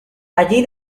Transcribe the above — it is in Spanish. allí